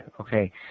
okay